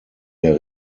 der